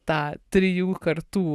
tą trijų kartų